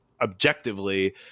objectively